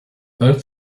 both